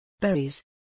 Berries